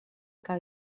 que